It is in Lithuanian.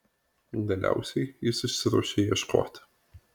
galiausiai jis išsiruošia ieškoti